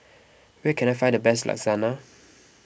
where can I find the best Lasagna